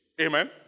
Amen